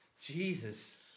Jesus